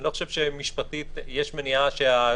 אני לא חושב משפטית שיש מניעה שההגבלות